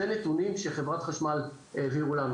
אלו נתונים שחברת חשמל העבירו לנו.